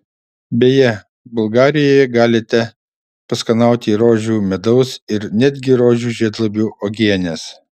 beje bulgarijoje galite paskanauti rožių medaus ir netgi rožių žiedlapių uogienės